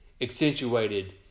accentuated